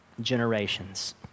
generations